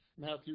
Matthew